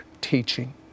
teaching